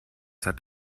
hat